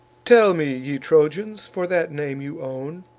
tell me, ye trojans, for that name you own,